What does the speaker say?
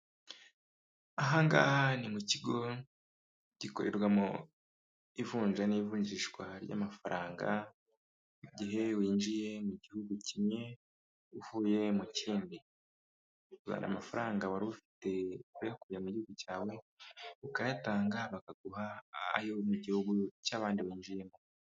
Ahangaha ni mu kigo gikorerwamo ivunja n'ivunjishwa ry'amafaranga igihe winjiye mu gihugu kimwe uvuye mu kindi, ubara amafaranga wari ufite uyakuye mu gihugu cyawe ukayatanga bakaguha ayo mu gihugu cy'abandi winjiyemo.